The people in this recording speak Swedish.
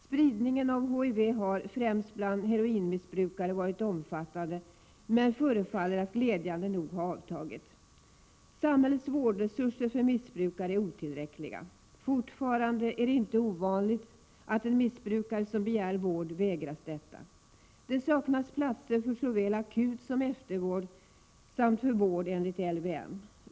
Spridningen av HIV har, främst bland heroinmissbrukare, varit omfattande men förefaller att glädjande nog ha avtagit. Samhällets vårdresurser för missbrukare är otillräckliga. Fortfarande är det inte ovanligt att en missbrukare som begär vård vägras sådan. Det saknas platser såväl för akutoch eftervård som för vård enligt LVM.